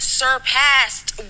surpassed